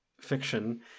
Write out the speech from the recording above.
fiction